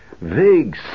vague